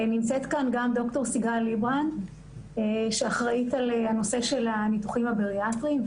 נמצאת כאן גם ד"ר סיגל ליברנט שאחראית על הנושא של הניתוחים הבריאטריים,